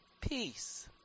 peace